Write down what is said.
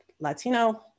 Latino